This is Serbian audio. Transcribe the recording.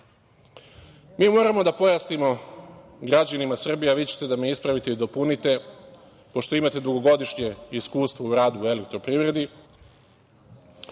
moramo da pojasnimo građanima Srbije, a vi ćete da me ispravite i dopunite, pošto imate dugogodišnje iskustvo u radu u elektroprivredi,